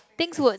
things would